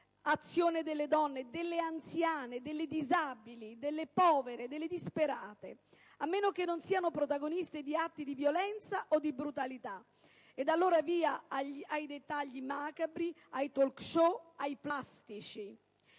dell'azione delle donne, delle anziane, delle disabili, delle povere, delle disperate; a meno che non siano protagoniste di atti di violenza o di brutalità: ed allora, via ai dettagli macabri, ai *talk show*, ai plastici.